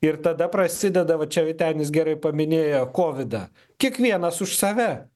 ir tada prasideda va čia vytenis gerai paminėjo kovidą kiekvienas už save